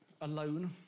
alone